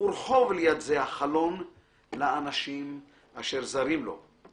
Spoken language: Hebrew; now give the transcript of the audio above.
ורחוב ליד זה החלון / לאנשים / אשר זרים לו /